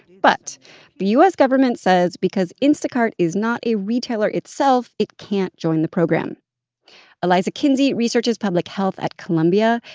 but the u s. government says because instacart is not a retailer itself, it can't join the program eliza kinsey researches public health at columbia,